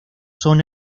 son